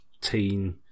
teen